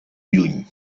lluny